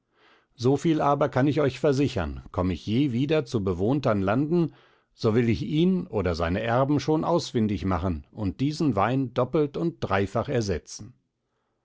soviel aber kann ich euch versichern komm ich je wieder zu bewohntern landen so will ich ihn oder seine erben schon ausfindig machen und diesen wein doppelt und dreifach ersetzen